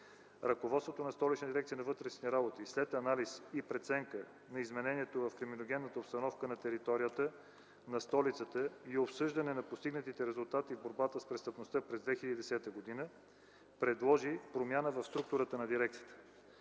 Ръководството на Столичната дирекция на вътрешните работи, след анализ и преценка на изменението в криминогенната обстановка на територията на столицата и обсъждане на постигнатите резултати в борбата с престъпността през 2010 г., предложи промяна в структурата на дирекцията.